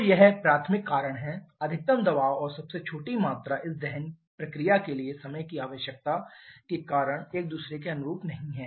तो यह प्राथमिक कारण है अधिकतम दबाव और सबसे छोटी मात्रा इस दहन प्रक्रिया के लिए समय की आवश्यकता के कारण एक दूसरे के अनुरूप नहीं हैं